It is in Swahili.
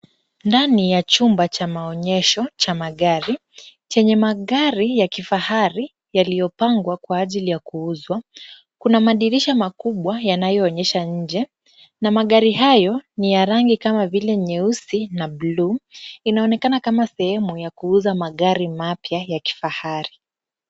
Ndani ya chumba cha maonyesho cha magari chenye magari ya kifahari yaliyopangwa kwa ajili ya kuuzwa, kuna mandirisha makubwa yanayoonyesha nje na magari hayo ni ya rangi kama vile nyeusi na bluu, inaonekana kama sehemu ya kuuza magari mapya ya kifahari.